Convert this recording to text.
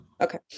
Okay